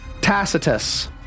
Tacitus